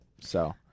so-